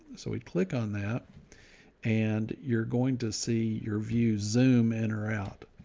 so we'd click on that and you're going to see your views zoom in or out.